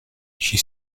she